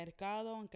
mercado